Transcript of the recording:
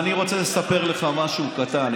אז אני רוצה לספר לך משהו קטן.